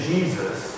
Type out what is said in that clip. Jesus